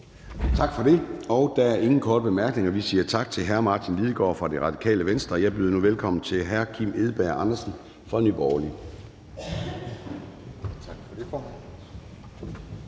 Tak for det. Der er ingen korte bemærkninger. Vi siger tak til hr. Martin Lidegaard fra Radikale Venstre, og jeg byder nu velkommen til hr. Kim Edberg Andersen fra Nye